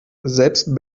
selbst